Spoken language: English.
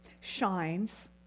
shines